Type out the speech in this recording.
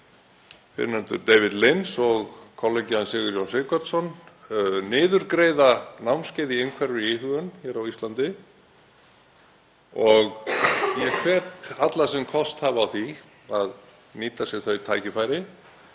Fyrrnefndur David Lynch og kollegi hans, Sigurjón Sighvatsson, niðurgreiða námskeið í innhverfri íhugun á Íslandi og ég hvet alla sem kost hafi á því að nýta sér þau tækifæri.